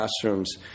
classrooms